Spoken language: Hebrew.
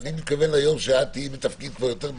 אני מדבר על היום שאת תהיי בתפקיד בכיר יותר.